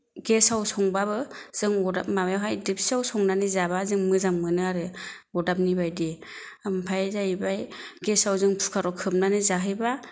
गेसाव संबाबो जों अरदाब माबायावहाय देबसियाव संनानै जाबा जों मोजां मोनो आरो अरदाबनि बायदि ओमफाय जाहैबाय गेसाव जों खुखाराव खोबनानै जाहैबा